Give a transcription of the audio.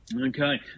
Okay